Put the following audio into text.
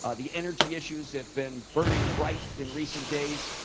ah the energy issues have been burning bright in recent days,